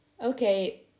Okay